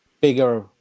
bigger